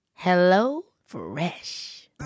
HelloFresh